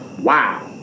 Wow